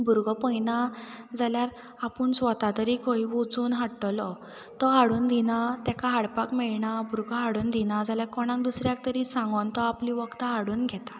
भुरगो पयना जाल्यार आपूण स्वता तरी खंय वचून हाडटलो तो हाडून दिना तेका हाडपाक मेळना भुरगो हाडून दिना जाल्या कोणाक दुसऱ्याक तरी सांगोन तो आपली वखदां हाडून घेतात